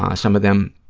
ah some of them,